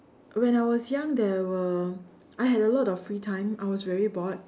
when I was young there were I had a lot of free time I was very bored